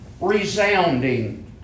Resounding